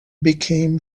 became